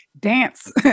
dance